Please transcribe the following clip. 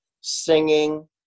singing